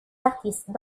artistes